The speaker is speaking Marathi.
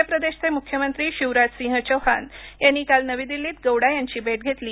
मध्य प्रदेशचे मुख्यमंत्री शिवराजसिंह चौहान यांनी काल नवी दिल्लीत गौडा यांची भेट घेतली